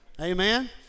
Amen